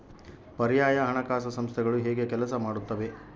ಪರ್ಯಾಯ ಹಣಕಾಸು ಸಂಸ್ಥೆಗಳು ಹೇಗೆ ಕೆಲಸ ಮಾಡುತ್ತವೆ?